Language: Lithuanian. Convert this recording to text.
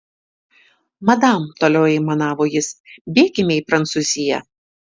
madam toliau aimanavo jis bėkime į prancūziją